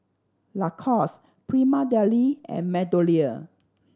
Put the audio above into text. Lacoste Prima Deli and MeadowLea